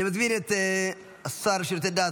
אני מזמין את השר לשירותי דת,